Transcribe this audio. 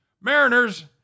Mariners